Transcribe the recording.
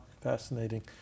fascinating